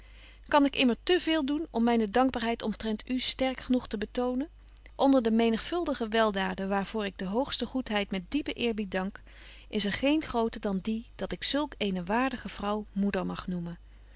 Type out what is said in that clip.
kan ik immer te veel doen om myne dankbaarheid omtrent u sterk genoeg te betonen onder de menigvuldige weldaden waar voor ik de hoogste goedheid met diepen eerbied dank is er geen groter dan die dat ik zulk eene waardige vrouw moeder mag noemen